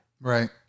Right